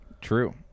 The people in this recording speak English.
True